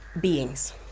beings